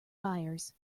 buyers